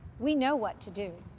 we know what to do.